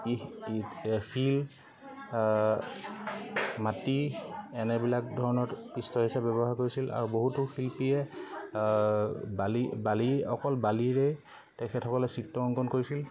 শিল মাটি এনেবিলাক ধৰণৰ পৃষ্ঠ হিচাপ ব্যৱহাৰ কৰিছিল আৰু বহুতো শিল্পীয়ে বালি বালি অকল বালিৰেই তেখেতসকলে চিত্ৰ অংকন কৰিছিল